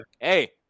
Hey